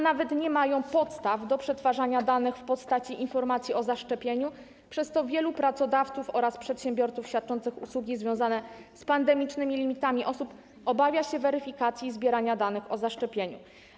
Nawet nie mają oni podstaw do przetwarzania danych w postaci informacji o zaszczepieniu, przez co wielu pracodawców oraz przedsiębiorców świadczących usługi związane z pandemicznymi limitami osób obawia się weryfikacji i zbierania danych o zaszczepieniu.